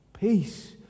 peace